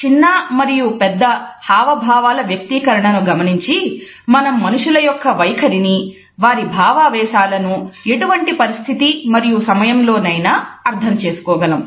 చిన్న మరియు పెద్ద హావభావాల వ్యక్తీకరణను గమనించి మనం మనుషుల యొక్క వైఖరిని వారి భావావేశాలను ఎటువంటి పరిస్థితి మరియు సమయంలోనైనా అర్థం చేసుకోగలం